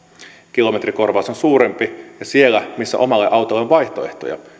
kilometrikorvaus on suurempi ja siellä missä omalle autolle on vaihtoehtoja